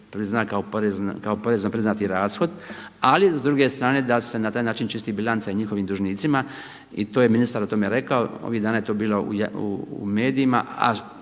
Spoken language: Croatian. prizna kao porezno priznati rashod, ali s druge strane da se na taj način čisti bilanca i njihovim dužnicima i to je ministar o tome rekao. Ovih dana to je bilo u medijima,